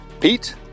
Pete